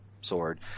sword